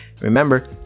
remember